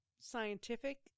scientific